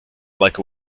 like